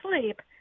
sleep